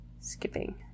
Skipping